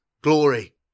glory